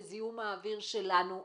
בזיהום האוויר שלנו.